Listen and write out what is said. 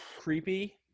creepy